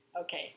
okay